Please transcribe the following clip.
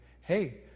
hey